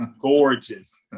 gorgeous